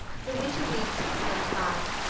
the winter weeks slipped by.